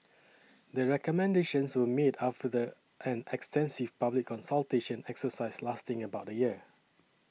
the recommendations were made after the an extensive public consultation exercise lasting about a year